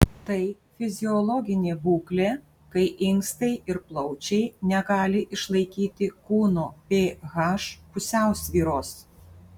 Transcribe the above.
tai fiziologinė būklė kai inkstai ir plaučiai negali išlaikyti kūno ph pusiausvyros